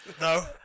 No